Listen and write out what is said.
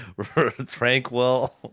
tranquil